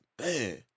man